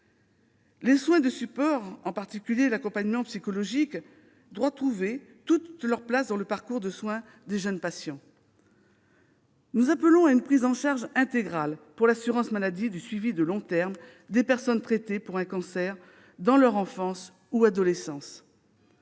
Les soins de support, en particulier l'accompagnement psychologique, doivent trouver toute leur place dans le parcours de soins des jeunes patients. Nous appelons à une prise en charge intégrale par l'assurance maladie du suivi de long terme des personnes traitées pour un cancer dans leur enfance ou adolescence.